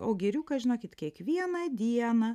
o giriukas žinokit kiekvieną dieną